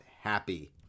happy